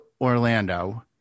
Orlando